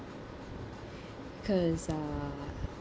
cause uh